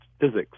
physics